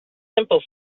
simple